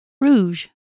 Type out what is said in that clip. Rouge